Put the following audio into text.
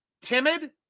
timid